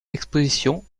expositions